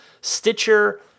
Stitcher